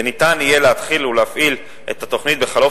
וניתן יהיה להתחיל ולהפעיל את התוכנית בחלוף